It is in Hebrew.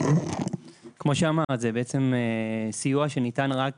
כמו שאמרת, זה סיוע שניתן רק